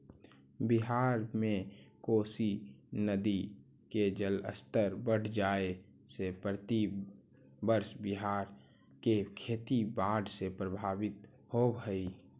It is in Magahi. बिहार में कोसी नदी के जलस्तर बढ़ जाए से प्रतिवर्ष बिहार के खेती बाढ़ से प्रभावित होवऽ हई